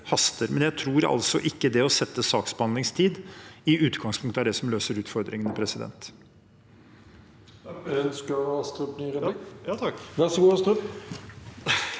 men jeg tror altså ikke at det å sette en saksbehandlingstid i utgangspunktet er det som løser utfordringen. Nikolai